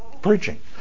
preaching